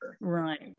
Right